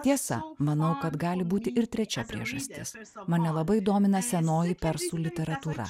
tiesa manau kad gali būti ir trečia priežastis mane labai domina senoji persų literatūra